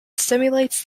stimulates